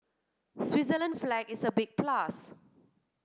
Switzerland flag is a big plus